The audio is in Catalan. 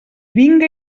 vinga